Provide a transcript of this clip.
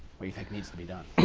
what you think needs to be done?